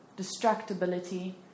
distractibility